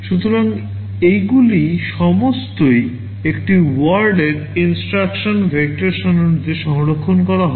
সুতরাং এগুলি সমস্তই একটি WORD এর INSTRUCTION ভেক্টর সারণীতে সংরক্ষণ করা হয়